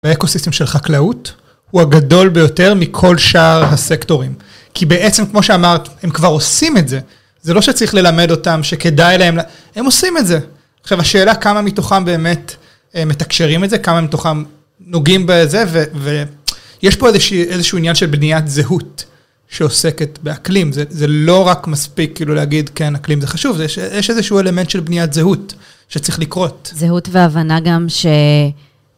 האקוסיסטם של חקלאות הוא הגדול ביותר מכל שאר הסקטורים. כי בעצם כמו שאמרת, הם כבר עושים את זה, זה לא שצריך ללמד אותם, שכדאי להם, הם עושים את זה. עכשיו, השאלה כמה מתוכם באמת מתקשרים את זה, כמה מתוכם נוגעים בזה, ויש פה איזשהו עניין של בניית זהות שעוסקת באקלים, זה לא רק מספיק כאילו להגיד כן, אקלים זה חשוב, יש איזשהו אלמנט של בניית זהות שצריך לקרות. זהות והבנה גם ש...